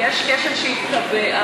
ויש כשל שהתקבע,